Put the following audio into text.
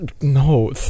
no